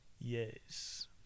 Yes